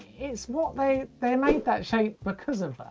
its what they they made that shape because of that.